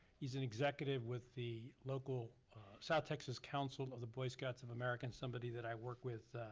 he's an executive with the local south texas council of the boy scouts of america somebody that i worked with